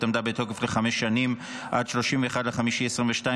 עמדה בתוקף לחמש שנים עד 31 במאי 2022,